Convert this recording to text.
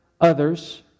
others